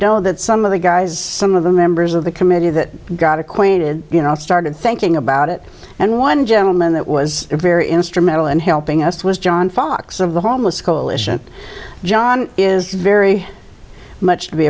don't know that some of the guys some of the members of the committee that got acquainted you know started thinking about it and one gentleman that was very instrumental in helping us was john fox of the homeless coalition john is very much